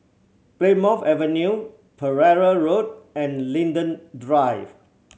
Plymouth Avenue Pereira Road and Linden Drive